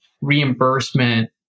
reimbursement